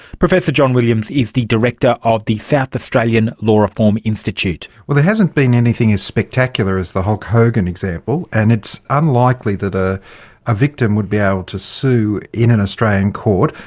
professor john williams is the director of the south australian law reform institute. well, there hasn't been anything as spectacular as the hulk hogan example. and it's unlikely that a ah victim would be able to sue in an australian court.